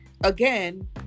again